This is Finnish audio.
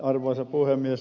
arvoisa puhemies